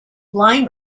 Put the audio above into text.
line